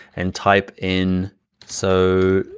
and type in so,